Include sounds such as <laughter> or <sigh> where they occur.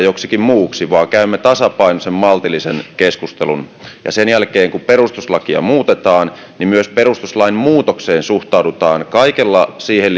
<unintelligible> joksikin muuksi vaan käymme tasapainoisen maltillisen keskustelun ja sen jälkeen kun perustuslakia muutetaan niin myös perustuslain muutokseen suhtaudutaan kaikella siihen <unintelligible>